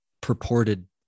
purported